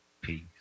peace